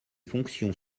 fonctions